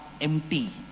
empty